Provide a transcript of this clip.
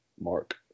Mark